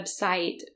website